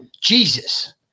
jesus